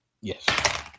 Yes